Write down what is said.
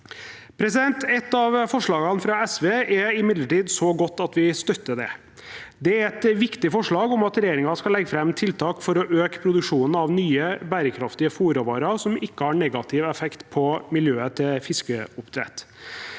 i Oslo. Ett av forslagene fra SV er imidlertid så godt at vi støtter det. Det er et viktig forslag om at regjeringen skal legge fram tiltak for å øke produksjonen av nye bærekraftige fôrråvarer til fiskeoppdrett som ikke har negativ effekt på miljøet. I framtiden